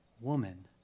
woman